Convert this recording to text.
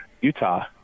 Utah